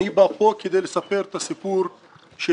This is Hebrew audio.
אני בא לכאן כדי לספר את הסיפור שלנו,